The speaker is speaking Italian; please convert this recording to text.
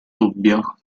dubbio